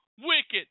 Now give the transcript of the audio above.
wicked